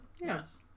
yes